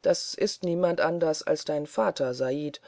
das ist niemand anders als dein vater said